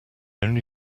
only